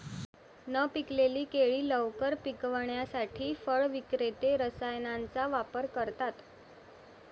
न पिकलेली केळी लवकर पिकवण्यासाठी फळ विक्रेते रसायनांचा वापर करतात